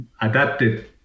adapted